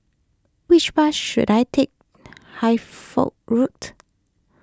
which bus should I take Road